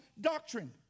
doctrine